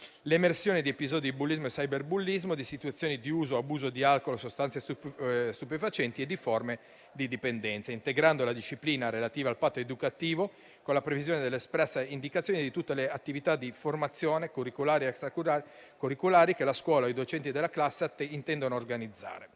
l'emersione di episodi di bullismo e cyberbullismo, di situazioni di uso o abuso di alcool, sostanze stupefacenti e di forme di dipendenza, integrando la disciplina relativa al patto educativo con la previsione dell'espressa indicazione di tutte le attività di formazione curricolare e extracurricolare che la scuola e i docenti della classe intendono organizzare.